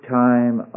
time